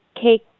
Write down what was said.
cake